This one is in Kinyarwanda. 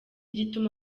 gituma